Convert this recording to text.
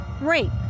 rape